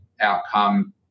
outcome